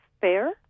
fair